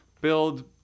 build